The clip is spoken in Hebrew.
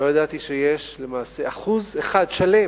לא ידעתי שיש למעשה 1% שלם